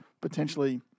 potentially